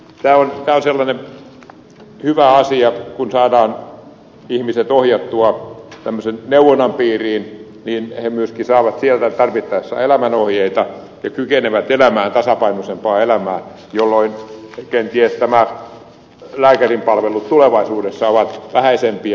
tämä on sellainen hyvä asia että kun saadaan ihmiset ohjattua tämmöisen neuvonnan piiriin niin he myöskin saavat sieltä tarvittaessa elämänohjeita ja kykenevät elämään tasapainoisempaa elämää jolloin kenties lääkärinpalvelut tulevaisuudessa ovat vähäisempiä